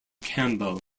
campbell